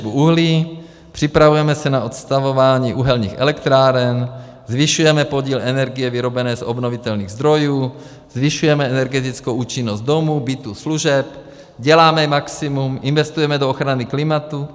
Utlumujeme těžbu uhlí, připravujeme se na odstavování uhelných elektráren, zvyšujeme podíl energie vyrobené z obnovitelných zdrojů, zvyšujeme energetickou účinnost domů, bytů, služeb, děláme maximum, investujeme do ochrany klimatu.